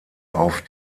auf